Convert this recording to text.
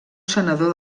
senador